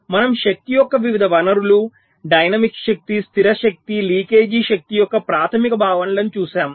మనం శక్తి యొక్క వివిధ వనరులు డైనమిక్ శక్తి స్థిర శక్తి లీకేజ్ శక్తి యొక్క ప్రాథమిక భావనలను చూశాము